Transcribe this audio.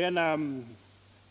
Den